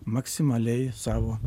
maksimaliai savo